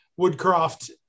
Woodcroft